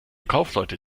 kaufleute